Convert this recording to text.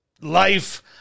life